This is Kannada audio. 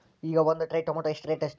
ಈಗ ಒಂದ್ ಟ್ರೇ ಟೊಮ್ಯಾಟೋ ರೇಟ್ ಎಷ್ಟ?